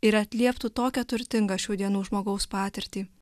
ir atlieptų tokią turtingą šių dienų žmogaus patirtį